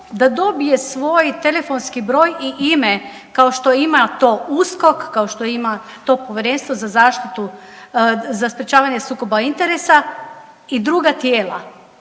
da dobije svoj telefonski broj i ime kao što ima to USKOK, kao što ima to Povjerenstvo za zaštitu, za sprječavanje sukoba interesa i druga tijela.